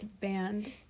band